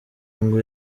ngo